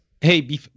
Hey